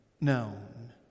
known